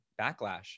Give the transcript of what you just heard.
backlash